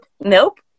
nope